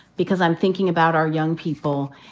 because i'm thinking about our young people,